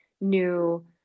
new